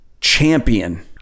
champion